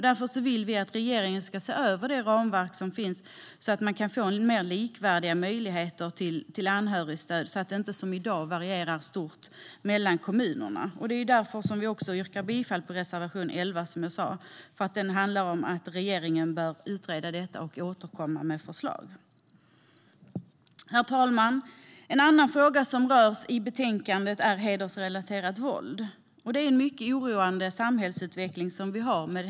Vi vill att regeringen ska se över det ramverk som finns för att man ska få mer likvärdiga möjligheter till anhörigstöd så att det inte som i dag varierar stort mellan kommunerna. Det är också därför som jag som sagt yrkar bifall till reservation 11 som handlar om att regeringen bör utreda detta och återkomma med förslag. Herr talman! En annan fråga som berörs i betänkandet är hedersrelaterat våld. Det är en mycket oroande samhällsutveckling vi har.